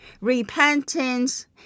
Repentance